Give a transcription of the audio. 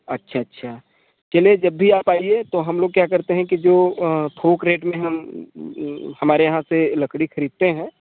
अच्छा अच्छा चलिए जब भी आप आइए तो हम लोग क्या करते हैं कि जो थोक रेट में हम हमारे यहाँ से लकड़ी खरीदते हैं